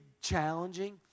challenging